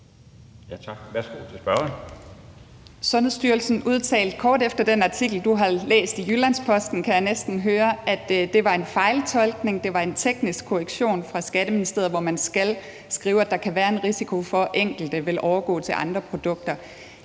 Matilde Powers (S): Sundhedsstyrelsen udtalte – kort tid efter at du har læst den artikel i Jyllands-Posten, kan jeg næsten høre – at det var en fejltolkning, og at det var en teknisk korrektion fra Skatteministeriet, hvor man skal skrive, at der kan være en risiko for, at enkelte vil overgå til andre produkter.